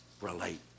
relate